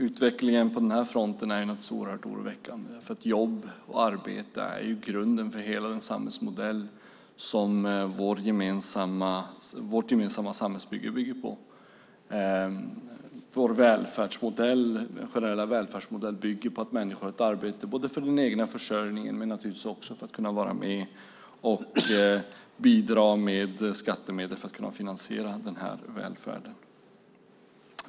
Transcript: Utvecklingen på den här fronten är naturligtvis oerhört oroväckande, för jobb och arbete är grunden för hela den samhällsmodell som vårt gemensamma samhälle bygger på. Vår generella välfärdsmodell bygger på att människor har ett arbete både för den egna försörjningen och för att kunna vara med och bidra med skattemedel för att kunna finansiera välfärden.